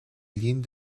lignes